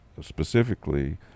specifically